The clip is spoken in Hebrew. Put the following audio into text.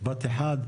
אפשר משפט אחד?